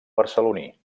barceloní